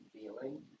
feeling